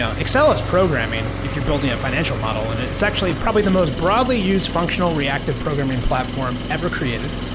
ah excel is programming, if you're building a financial model. and and it's actually probably the most broadly used functional reactive programming platform ever created.